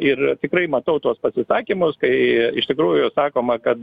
ir tikrai matau tuos pasisakymus kai iš tikrųjų sakoma kad